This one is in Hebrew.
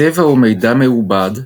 צבע הוא מידע מעובד,